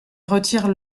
retire